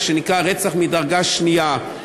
מה שנקרא "רצח מדרגה שנייה".